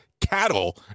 cattle